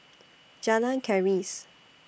Jalan Keris